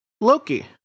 loki